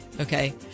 Okay